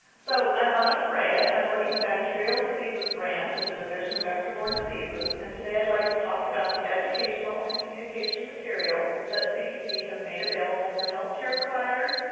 so i'm anna perea and i work in the bacterial diseases branch of and the division of vector borne diseases, and today i'd like to talk about the educational and communication materials that cdc has made available for health care providers,